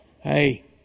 Hey